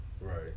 Right